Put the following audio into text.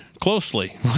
closely